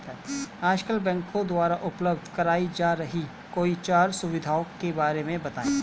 आजकल बैंकों द्वारा उपलब्ध कराई जा रही कोई चार सुविधाओं के बारे में बताइए?